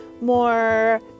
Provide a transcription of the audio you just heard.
more